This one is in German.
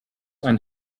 ein